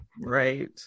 right